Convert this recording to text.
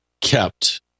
kept